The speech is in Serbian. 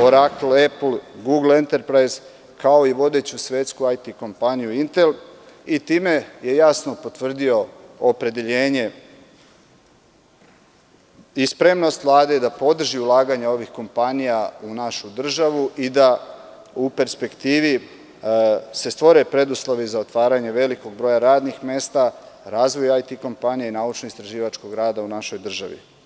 „Orakle“, „Epl“, „Gugl enterprajz“ kao i vodećom svetskom IT kompaniju „Intel i time je jasno potvrdio opredeljenje i spremnost Vlade da podrži ulaganja ovih kompanija u našu državu i da u perspektivi se stvore preduslovi za otvaranje velikog broja radnih mesta, razvoj IT kompanija i naučno-istraživačkog rada u našoj državi.